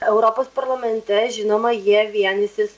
europos parlamente žinoma jie vienysis